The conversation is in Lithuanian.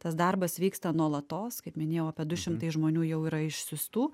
tas darbas vyksta nuolatos kaip minėjau apie du šimtai žmonių jau yra išsiųstų